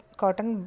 cotton